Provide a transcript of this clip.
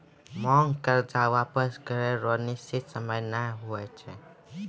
मांग कर्जा वापस करै रो निसचीत सयम नै हुवै छै